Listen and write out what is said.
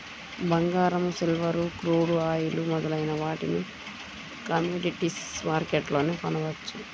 బంగారం, silver, crude oil మొదలైన వాటిని కమోడిటీస్ మార్కెట్లోనే కొనవచ్చు